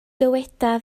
dyweda